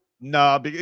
No